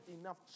enough